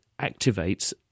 activates